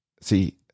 See